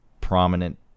prominent